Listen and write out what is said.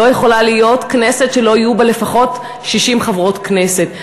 לא יכולה להיות כנסת שלא יהיו בה לפחות 60 חברות כנסת.